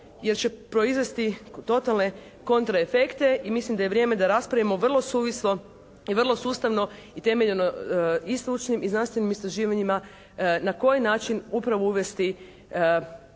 jer će proizvesti totalne kontraefekte i mislim da je vrijeme da raspravimo vrlo suvisle i vrlo sustavno i temeljno i stručnim i znanstvenim istraživanjima na koji način upravo uvesti